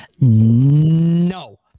no